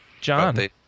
John